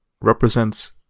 represents